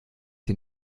sie